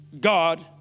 God